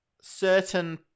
certain